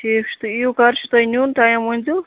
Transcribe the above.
ٹھیٖک چھُ تُہۍ ییِو کٔر چھُ تۅہہِ نِیُن ٹایِم ؤنۍزیٚو